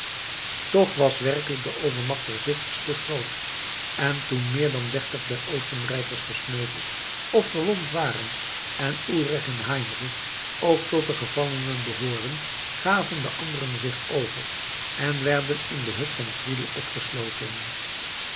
toch was werkelijk de overmacht der zwitsers te groot en toen meer dan dertig der oostenrijkers gesneuveld of gewond waren en ulrich en heinrich ook tot de gevallenen behoorden gaven de anderen zich over en werden in de hut van friedel opgesloten